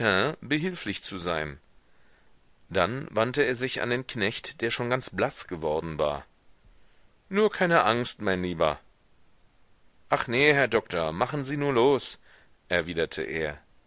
behilflich zu sein dann wandte er sich an den knecht der schon ganz blaß geworden war nur keine angst mein lieber ach nee herr doktor machen sie nur los erwiderte er